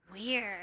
Weird